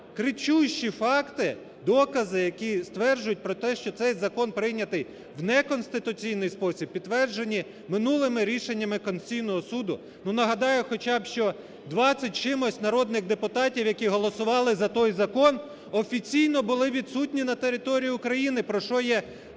кричущі факти, докази, які стверджують про те, що цей закон прийнятий в неконституційний спосіб, підтверджені минулими рішеннями Конституційного Суду. Ну, нагадаю хоча б, що 20 з чимось народних депутатів, які голосували за той закон, офіційно були відсутні на території України, про що є